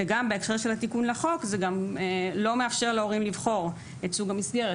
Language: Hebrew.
וגם בהקשר של התיקון לחוק זה לא מאפשר להורים לבחור את סוג המסגרת,